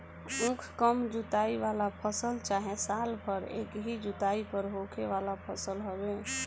उख कम जुताई वाला फसल चाहे साल भर एकही जुताई पर होखे वाला फसल हवे